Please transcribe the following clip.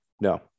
no